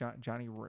Johnny